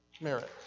merit